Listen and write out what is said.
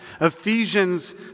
Ephesians